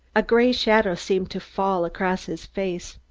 a gray shadow seemed to fall across his face.